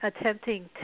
attempting